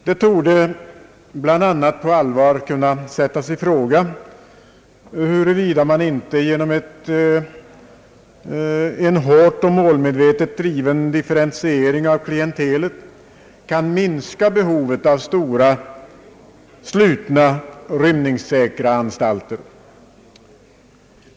Det torde t.ex. på allvar kunna sättas i fråga, huruvida man inte genom en hårt och målmedvetet driven differentiering av klientelet kan minska behovet av stora, slutna och rymningssäkra anstalter.